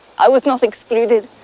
i was not excluded.